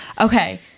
Okay